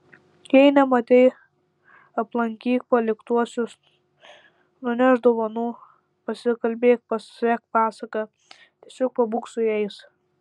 jei nematei aplankyk paliktuosius nunešk dovanų pasikalbėk pasek pasaką tiesiog pabūk su jais